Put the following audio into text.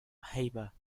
haber